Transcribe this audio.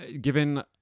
given